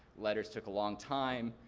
letters took a long time.